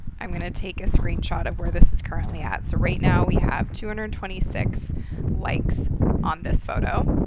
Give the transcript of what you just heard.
i'm going to take a screenshot of where this is currently at. so, right now we have two hundred and twenty six likes on this photo.